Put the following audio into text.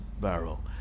barrel